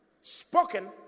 spoken